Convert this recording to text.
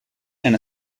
and